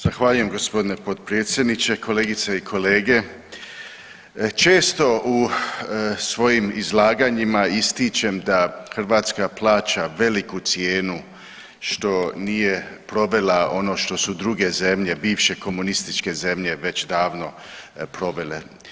Zahvaljujem gospodine potpredsjedniče, kolegice i kolege, često u svojim izlaganjima ističem da Hrvatska plaća veliku cijenu što nije provela ono što su druge zemlje bivše komunističke zemlje već davno provele.